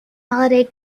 holiday